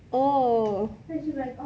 oh